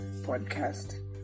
podcast